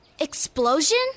explosion